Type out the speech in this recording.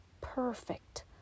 perfect